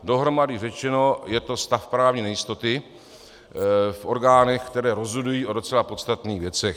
Dohromady řečeno, je to stav právní nejistoty v orgánech, které rozhodují o docela podstatných věcech.